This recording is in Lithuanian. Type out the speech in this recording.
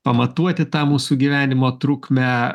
pamatuoti tą mūsų gyvenimo trukmę